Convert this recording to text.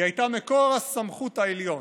היא הייתה מקור הסמכות עליון.